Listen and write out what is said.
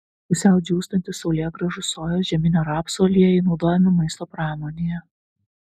pusiau džiūstantys saulėgrąžų sojos žieminio rapso aliejai naudojami maisto pramonėje